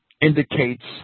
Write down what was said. indicates